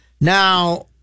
Now